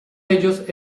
ellos